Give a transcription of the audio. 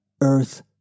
earth